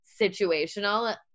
situational